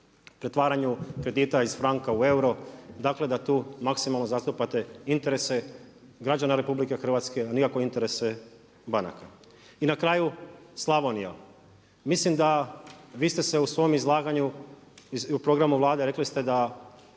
pretvaranju kredita iz franka u euro, dakle da tu maksimalno zastupate interese građana Republike Hrvatske, a nikako interese banaka. I na kraju Slavonija. Mislim da vi ste se u svom izlaganju, u programu Vlade rekli ste da